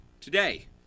Today